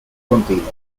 continuas